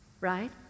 Right